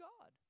God